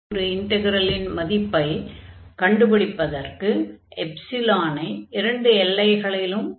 அப்படி ஒரு இன்டக்ரல் மதிப்பைக் கண்டுபிடிப்பதற்கு எப்சிலானை இரண்டு எல்லைகளிலும் புகுத்திக் கொள்ள வேண்டும்